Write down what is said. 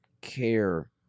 care